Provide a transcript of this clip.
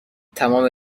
تمام